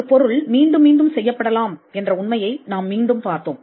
ஒரு பொருள் மீண்டும் மீண்டும் செய்யப்படலாம் என்ற உண்மையை நாம் மீண்டும் பார்த்தோம்